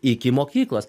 iki mokyklos